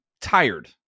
tired